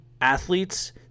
athletes